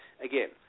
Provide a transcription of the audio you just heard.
again